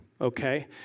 okay